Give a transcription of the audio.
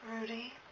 Rudy